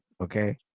okay